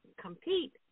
compete